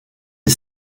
est